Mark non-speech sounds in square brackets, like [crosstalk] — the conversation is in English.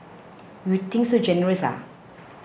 you think so generous [hesitation]